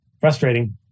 frustrating